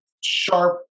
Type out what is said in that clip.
sharp